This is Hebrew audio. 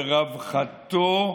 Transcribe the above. לרווחתו,